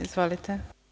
Izvolite.